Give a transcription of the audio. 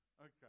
Okay